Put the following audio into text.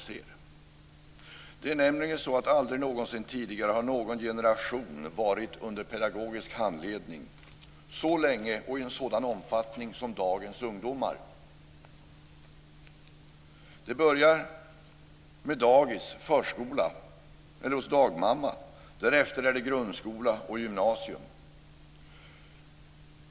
Det är nämligen så att aldrig någonsin tidigare har någon generation varit under pedagogisk handledning så länge och i sådan omfattning som dagens ungdomar. Det börjar med dagis, förskola eller hos dagmamma. Därefter är det grundskola och gymnasium.